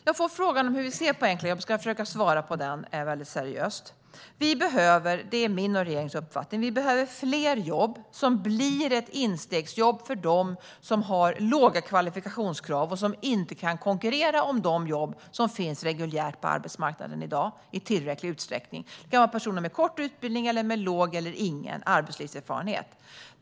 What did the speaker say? Jag får frågan om hur vi ser på enkla jobb, och jag ska försöka svara seriöst på den. Min och regeringens uppfattning är att vi behöver fler jobb som blir instegsjobb för dem som har låga kvalifikationer och som inte i tillräcklig utsträckning kan konkurrera om de jobb som finns reguljärt på arbetsmarknaden i dag. Det är personer med kort utbildning eller med liten eller ingen arbetslivserfarenhet.